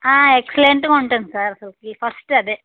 ఆ ఎక్సలెంటుగా ఉంటుంది సర్ ఆసలకి ఫస్ట్ అదే